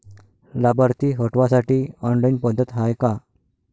लाभार्थी हटवासाठी ऑनलाईन पद्धत हाय का?